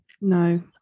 No